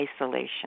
isolation